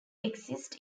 exist